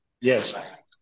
Yes